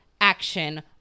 action